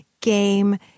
Game